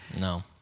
No